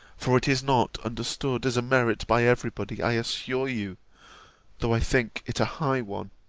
for it is not understood as a merit by every body, i assure you though i think it a high one